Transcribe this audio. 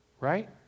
Right